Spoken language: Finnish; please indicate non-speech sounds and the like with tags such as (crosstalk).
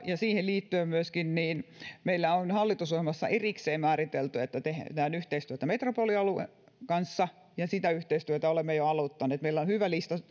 ja siihen liittyen meillä on hallitusohjelmassa erikseen määritelty että tehdään yhteistyötä metropolialueen kanssa ja sitä yhteistyötä olemme jo aloittaneet meillä on hyvä lista (unintelligible)